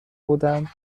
بودم